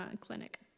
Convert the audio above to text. clinic